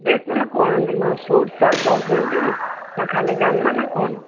dress ମାନେ କ'ଣ ନା ସୁଟ୍ ସାର୍ଟ ଚାହୁଁଛନ୍ତି ନା ଖାଲି ଜାମା ନା କ'ଣ